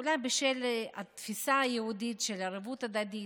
אולי בשל התפיסה היהודית של ערבות הדדית